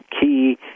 key